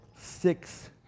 six